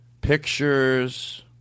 pictures